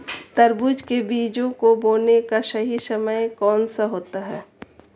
तरबूज के बीजों को बोने का सही समय कौनसा होता है?